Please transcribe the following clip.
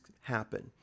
happen